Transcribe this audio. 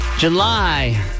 July